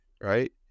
right